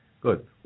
Good